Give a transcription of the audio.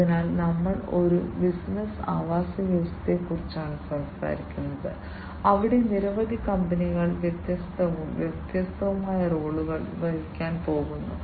അതിനാൽ ഞങ്ങൾ ഒരു ബിസിനസ്സ് ആവാസവ്യവസ്ഥയെക്കുറിച്ചാണ് സംസാരിക്കുന്നത് അവിടെ നിരവധി കമ്പനികൾ വ്യത്യസ്തവും വ്യത്യസ്തവുമായ റോളുകൾ വഹിക്കാൻ പോകുന്നു